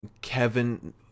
Kevin